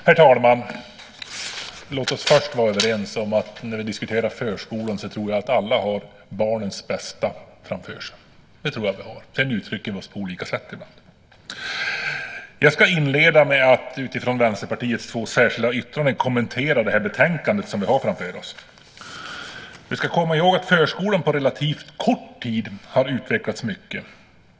Herr talman! Låt oss först vara överens om att när vi diskuterar förskolan så har alla barnens bästa framför sig. Sedan uttrycker vi oss på olika sätt ibland. Jag ska inleda med att utifrån Vänsterpartiets två särskilda yttranden kommentera det betänkande som vi har framför oss. Vi ska komma ihåg att förskolan på relativt kort tid har utvecklats mycket.